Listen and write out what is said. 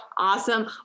Awesome